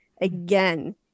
again